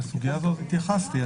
לסוגיה הזאת התייחסתי.